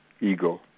ego